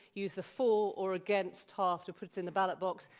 use the for or against half to put it in the ballot box.